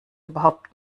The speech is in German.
überhaupt